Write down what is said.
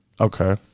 Okay